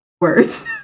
words